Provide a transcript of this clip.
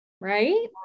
right